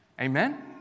Amen